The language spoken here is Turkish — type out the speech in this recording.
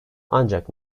ancak